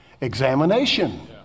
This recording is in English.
Examination